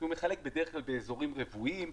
שמחלק בדרך כלל באזורים רוויים,